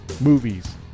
movies